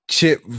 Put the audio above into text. Chip